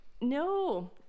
No